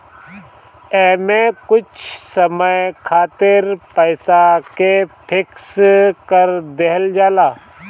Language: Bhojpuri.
एमे कुछ समय खातिर पईसा के फिक्स कर देहल जाला